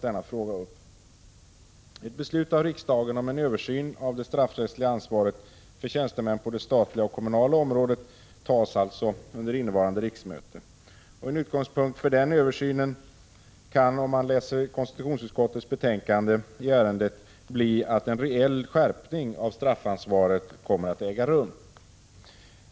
Ett beslut av riksdagen om en översyn av det straffrättsliga ansvaret för tjänstemän på det statliga och kommunala området tas alltså under innevarande riksmöte. En utgångspunkt för denna översyn kan, enligt konstitutionsutskottets yttrande i ärendet, bli att en reell skärpning av straffansvaret kommer att äga rum.